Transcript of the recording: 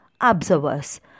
observers